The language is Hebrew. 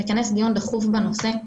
לכנס דיון דחוף בנושא,